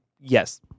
yes